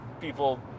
people